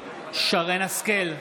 נוכח שרן מרים השכל,